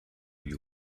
you